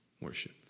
Worship